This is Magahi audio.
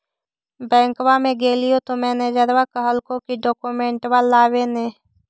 बैंकवा मे गेलिओ तौ मैनेजरवा कहलको कि डोकमेनटवा लाव ने?